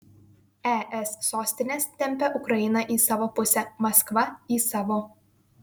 es sostinės tempia ukrainą į savo pusę maskva į savo